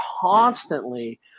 constantly